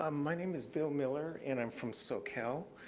um my name is bill miller, and i'm from socal,